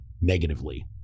negatively